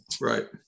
right